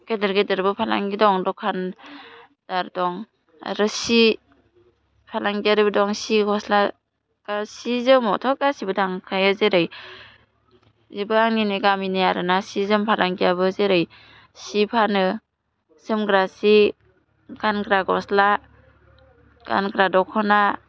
गेदेर गेदेरबो फालांगि दं दखान दार दं आरो सि फालांगियारिबो दं सि गस्ला गा सि जोमावथ' गासिबो थांखायो जेरै बिबो आंनिनो गामिनि आरो ना सि जोम फालांगियाबो जेरै सि फानो जोमग्रा सि गानग्रा गस्ला गानग्रा दख'ना